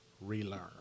relearn